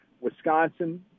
Wisconsin